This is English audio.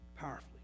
powerfully